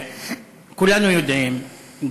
כולנו יודעים,